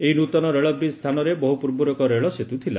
ଏହି ନୂତନ ରେଳ ବ୍ରିକ୍ ସ୍ଥାନରେ ବହୁ ପୂର୍ବରୁ ଏକ ରେଳ ସେତୁ ଥିଲା